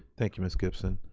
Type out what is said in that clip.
thank you, miss gibson.